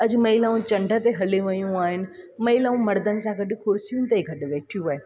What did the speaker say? अॼु महिलाऊं चंड ते हली वियूं आहिनि महिलाऊं मर्दनि सां गॾु कुर्सियूं ताईं गॾु वेठियूं आहिनि